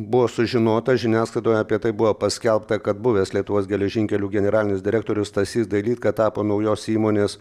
buvo sužinota žiniasklaidoje apie tai buvo paskelbta kad buvęs lietuvos geležinkelių generalinis direktorius stasys dailydka tapo naujos įmonės